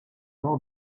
old